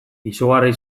izugarri